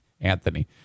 Anthony